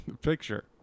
picture